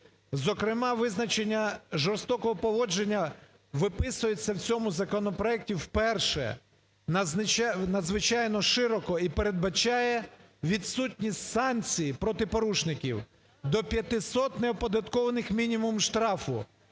Зокрема, визначення жорстокого поводження виписується в цьому законопроект вперше надзвичайно широко і передбачає відсутність санкцій проти порушників, до 500 неоподаткованих мінімумів штрафу,